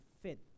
fit